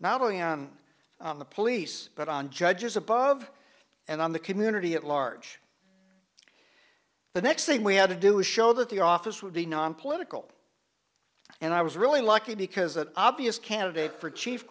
not only on the police but on judges above and on the community at large the next thing we had to do is show that the office would be nonpolitical and i was really lucky because an obvious candidate for chief